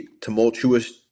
tumultuous